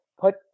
put